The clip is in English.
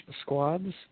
squads